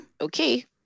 Okay